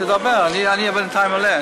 תשובה והצבעה במועד אחר.